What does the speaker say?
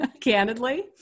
candidly